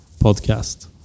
podcast